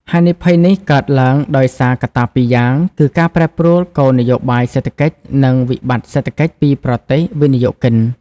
ហានិភ័យនេះកើតឡើងដោយសារកត្តាពីរយ៉ាង គឺការប្រែប្រួលគោលនយោបាយសេដ្ឋកិច្ច និងវិបត្តិសេដ្ឋកិច្ចពីប្រទេសវិនិយោគិន។